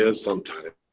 and sometime,